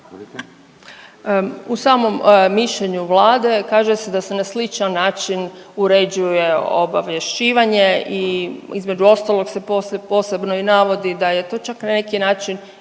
U samom mišljenju Vlade kaže se da se na sličan način uređuje obavješćivanje i između ostalog se i posebno i navodi da je to čak na neki način i